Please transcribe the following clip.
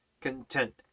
content